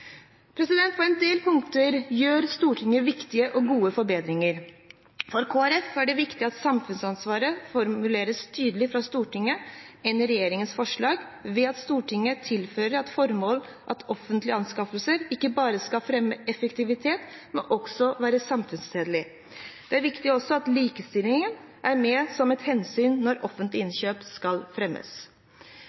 noe. På en del punkter gjør Stortinget viktige og gode forbedringer. For Kristelig Folkeparti er det viktig at samfunnsansvaret formuleres tydeligere fra Stortinget enn slik det er i regjeringens forslag, ved at Stortinget tilføyer i formålet at offentlige anskaffelser skal ikke bare fremme effektivitet, men også være samfunnstjenlige. Det er viktig at likestilling er med som et hensyn når offentlige innkjøp skal fremmes.